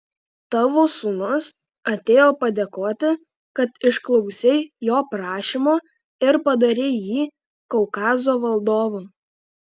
tavo sūnus atėjo padėkoti kad išklausei jo prašymo ir padarei jį kaukazo valdovu